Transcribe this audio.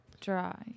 Dry